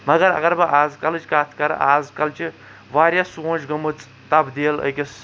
مَگر اَگر بہٕ آز کَلچ کَتھ کَرٕ آز کَل چھٕ واریاہ سونٛچ گٔمٕژ تَبدیٖل أکِس